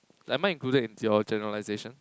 like am I included into your generalization